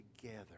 together